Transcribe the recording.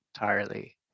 entirely